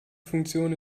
funktion